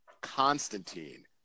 Constantine